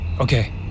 Okay